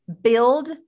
build